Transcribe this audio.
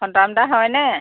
সন্তান দা হয়নে